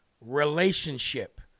relationship